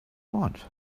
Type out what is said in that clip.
want